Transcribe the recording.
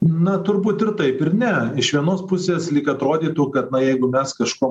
na turbūt ir taip ir ne iš vienos pusės lyg atrodytų kad na jeigu mes kažko